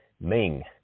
Ming